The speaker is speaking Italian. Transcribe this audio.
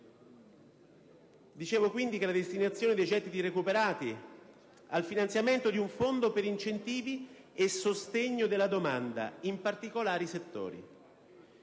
imprenditoriale - destinazione dei gettiti recuperati al finanziamento di un Fondo per incentivi e sostegno della domanda in particolari settori.